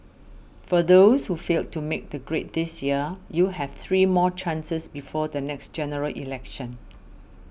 for those who failed to make the grade this year you have three more chances before the next General Election